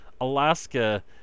Alaska